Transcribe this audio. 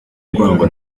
urwango